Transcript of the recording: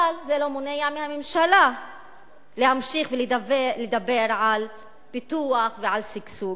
אבל זה לא מונע מהממשלה להמשיך ולדבר על פיתוח ועל שגשוג.